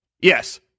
yes